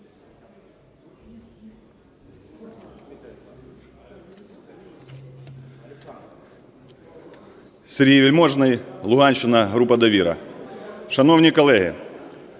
Сергій Вельможний, Луганщина, група "Довіра". Шановні колеги,